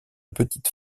petites